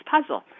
puzzle